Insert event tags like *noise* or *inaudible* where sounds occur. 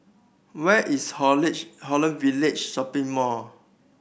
where is *unintelligible* Holland Village Shopping Mall